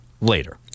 later